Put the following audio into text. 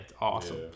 Awesome